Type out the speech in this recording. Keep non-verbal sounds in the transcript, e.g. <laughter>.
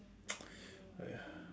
<noise> !aiya!